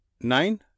nine